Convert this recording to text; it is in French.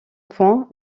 points